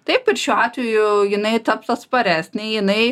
taip ir šiuo atveju jinai taps atsparesnė jinai